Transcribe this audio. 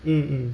mm mm